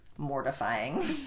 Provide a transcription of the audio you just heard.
mortifying